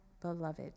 beloved